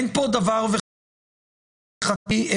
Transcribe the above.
אין כאן דבר וחצי דבר.